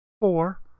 Four